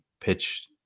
pitch